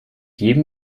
jedem